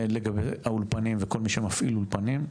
לגבי האולפנים וכל מי שמפעיל אולפנים,